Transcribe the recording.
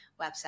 website